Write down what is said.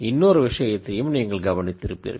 இன்னொரு விஷயத்தையும் நீங்கள் கவனித்திருப்பீர்கள்